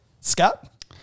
Scott